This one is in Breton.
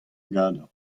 gador